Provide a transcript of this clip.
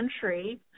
country